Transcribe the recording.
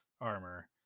armor